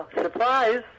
surprise